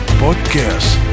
podcast